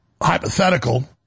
hypothetical